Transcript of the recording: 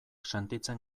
sentitzen